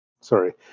sorry